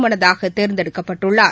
ஒருமனதாகதேர்ந்தெடுக்கப்பட்டுள்ளார்